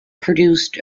produced